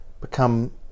become